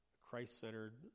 Christ-centered